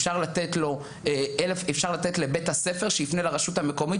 אפשר לתת לבית הספר שיפנה לרשות המקומית,